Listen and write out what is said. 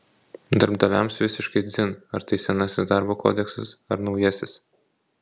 darbdaviams visiškai dzin ar tai senasis darbo kodeksas ar naujasis